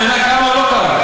המדינה קמה או לא קמה?